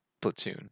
platoon